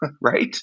right